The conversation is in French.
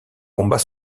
combat